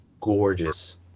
gorgeous